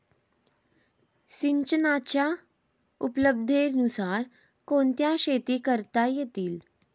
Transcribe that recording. सिंचनाच्या उपलब्धतेनुसार कोणत्या शेती करता येतील?